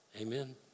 amen